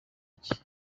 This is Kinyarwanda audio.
iki